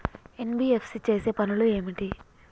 NBFC చేసే పనులు ఏమిటి?